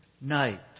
night